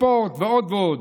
בספורט ועוד ועוד,